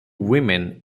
women